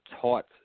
taught